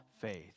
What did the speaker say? faith